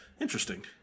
Interesting